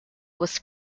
was